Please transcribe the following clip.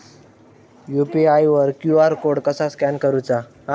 UPI वर QR code कसा scan करूचा?